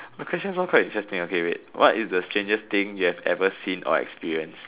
my questions all quite interesting okay wait what is the strangest thing you have ever seen or experienced